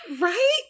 Right